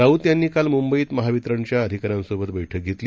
राऊत यांनी काल मुंबईत महावितरणच्या अधिकाऱ्यांसोबत बैठक घेतली